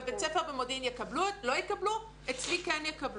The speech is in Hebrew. בבית ספר במודיעין לא יקבלו את זה ואצלי כן יקבלו.